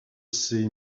ses